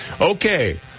Okay